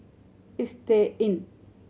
Istay Inn